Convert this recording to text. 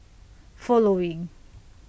following